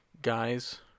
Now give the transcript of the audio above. Guys